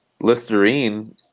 Listerine